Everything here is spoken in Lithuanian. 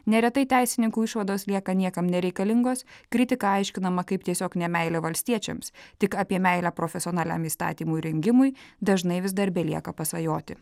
neretai teisininkų išvados lieka niekam nereikalingos kritika aiškinama kaip tiesiog nemeilė valstiečiams tik apie meilę profesionaliam įstatymų rengimui dažnai vis dar belieka pasvajoti